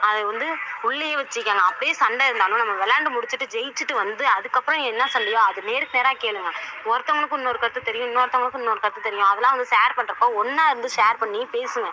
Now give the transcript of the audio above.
அது வந்து உள்ளேயே வச்சிக்கேங்க அப்படியே சண்டை இருந்தாலும் நம்ம விளாண்டு முடிச்சிவிட்டு ஜெயிச்சிவிட்டு வந்து அதற்கப்பறம் என்ன சண்டையோ அது நேருக்கு நேராக கேளுங்கள் ஒருத்தவங்களுக்கும் இன்னொருத்தர் பற்றி தெரியும் இன்னொருத்தவங்களுக்கு இன்னொருத்தர் பற்றி தெரியும் அதெல்லாம் வந்து ஷேர் பண்ணுறப்போ ஒன்னாக இருந்து ஷேர் பண்ணி பேசுங்கள்